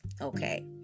Okay